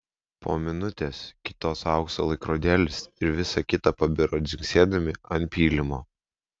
po minutės kitos aukso laikrodėlis ir visa kita pabiro dzingsėdami ant pylimo